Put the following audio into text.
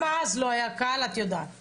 גם אז לא היה קל, את יודעת.